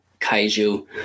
Kaiju